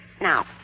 Now